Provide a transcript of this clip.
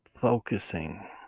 focusing